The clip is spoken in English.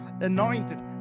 anointed